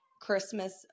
Christmas